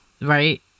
right